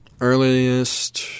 Earliest